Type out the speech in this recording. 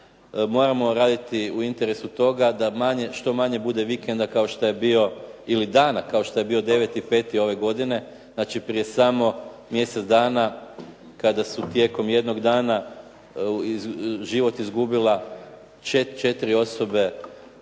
moramo raditi u interesu toga da što manje bude vikenda kao što je bilo, ili dana kao što je bio 9. 5. ove godine, znači prije samo mjesec dana, kada su tijekom jednog dana život izgubile 4 osobe